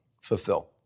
fulfill